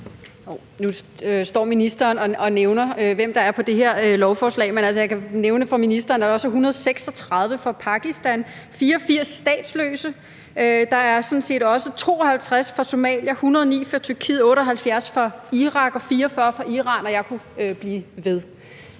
Nu står ministeren og nævner, hvem der er på det her lovforslag, men altså, jeg kan nævne for ministeren, at der også er 136 fra Pakistan og 84 statsløse. Der er sådan set også 52 fra Somalia, 109 fra Tyrkiet, 78 fra Irak, 44 fra Iran, og jeg kunne blive ved.